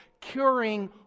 curing